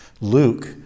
Luke